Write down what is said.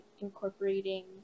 incorporating